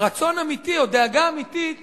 רצון אמיתי או דאגה אמיתית